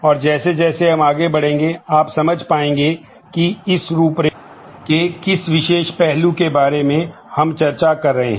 और जैसे जैसे हम आगे बढ़ेंगे आप समझ पाएंगे कि इस रूपरेखा के किस विशेष पहलू के बारे में हम चर्चा कर रहे हैं